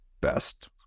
best